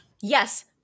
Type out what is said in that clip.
yes